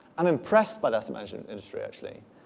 i'm impressed by asset management industry actually.